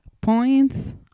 points